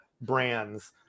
brands